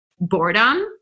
boredom